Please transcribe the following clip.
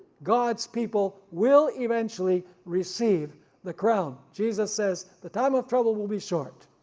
god's people will eventually receive the crown. jesus says the time of trouble will be short.